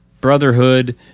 Brotherhood